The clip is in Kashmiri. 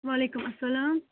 وَعلیکُم اَسَلام